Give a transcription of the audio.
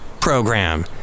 program